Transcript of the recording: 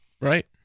Right